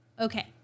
Okay